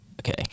okay